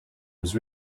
was